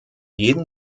jedem